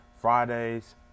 Fridays